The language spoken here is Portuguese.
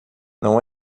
não